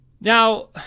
Now